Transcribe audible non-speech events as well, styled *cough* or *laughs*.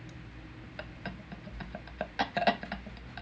*laughs*